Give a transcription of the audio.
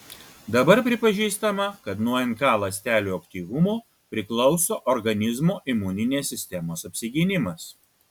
dabar pripažįstama kad nuo nk ląstelių aktyvumo priklauso organizmo imuninės sistemos apsigynimas